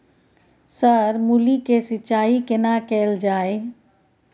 Sir मूली के सिंचाई केना कैल जाए?